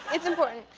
it's important.